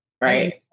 right